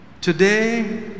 Today